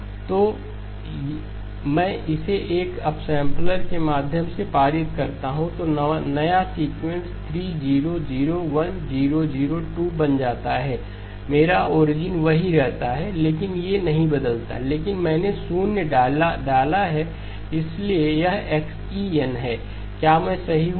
यदि मैं इसे एक अपसैंपलर के माध्यम से पारित करता हूं तो नया सीक्वेंस 3 0 01 0 02 बन जाता है मेरा ओरिजिन वही रहता है ये नहीं बदलता लेकिन मैंने शून्य डाला है इसलिए यह XEnहै क्या मैं सही हूं